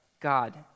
God